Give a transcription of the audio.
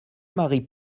marie